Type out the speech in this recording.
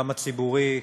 גם הציבורי,